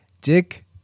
Dick